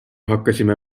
hakkasime